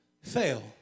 Fail